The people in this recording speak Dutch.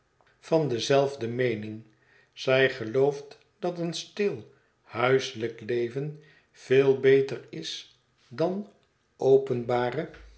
van dezelfde meening zij gelooft dat een stil huiselijk léven veel beter is dan openbare